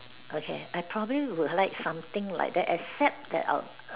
okay I probably will like something like that except that I'll